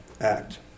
act